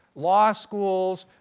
law schools,